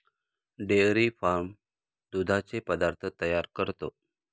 dairy farm दुधाचे पदार्थ तयार करतो